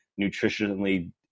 nutritionally